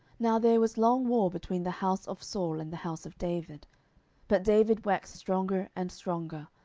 now there was long war between the house of saul and the house of david but david waxed stronger and stronger,